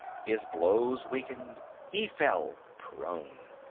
his blows weakened, he fell prone.